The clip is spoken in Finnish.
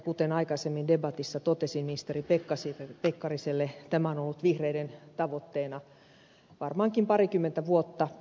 kuten aikaisemmin debatissa totesin ministeri pekkariselle tämä on ollut vihreiden tavoitteena varmaankin parikymmentä vuotta